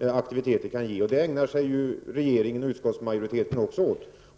aktiviteter kan ge. Det ägnar sig ju också regeringen och utskottsmajoriteten åt.